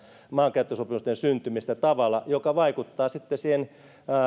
maankäyttösopimusten syntymistä tavalla joka vaikuttaa